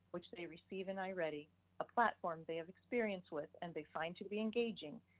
which they receive in i-ready, a platform they have experience with and they find to be engaging,